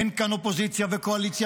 אין כאן אופוזיציה וקואליציה,